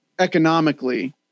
economically